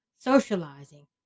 socializing